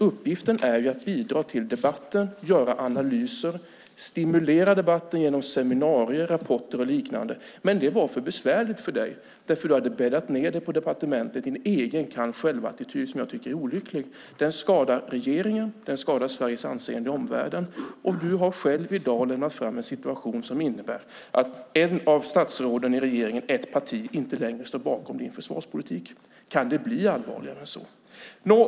Uppgiften är ju att bidra till debatten, göra analyser, stimulera debatten genom seminarier, rapporter och liknande, men det var för besvärligt för dig. Du hade bäddat ned dig på departementet i en egen kan-själv-attityd som jag tycker är olycklig. Den skadar regeringen och Sveriges anseende i omvärlden. Du har själv i dag ordnat fram en situation som innebär att ett av statsråden och ett parti i regeringen inte längre står bakom din försvarspolitik. Kan det bli allvarligare än så?